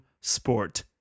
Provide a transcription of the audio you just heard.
sport